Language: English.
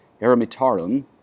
eremitarum